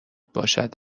باشد